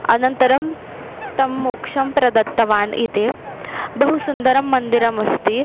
अनन्तरं तं मोक्षं प्रदत्तवान् इति बहु सुन्दरं मन्दिरम् अस्ति